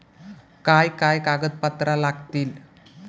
काय काय कागदपत्रा लागतील?